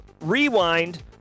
rewind